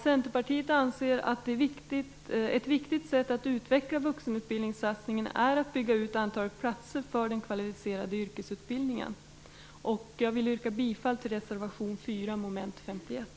Centerpartiet anser att ett viktigt sätt att utveckla vuxenutbildningssatsningen är att bygga ut antalet platser för den kvalificerade yrkesutbildningen. Jag vill yrka bifall till reservation 4, mom. 51.